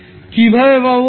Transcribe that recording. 𝑠→∞ কীভাবে পাব